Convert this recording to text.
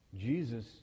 Jesus